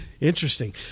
Interesting